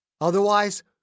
Otherwise